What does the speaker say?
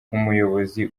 nk’umuyobozi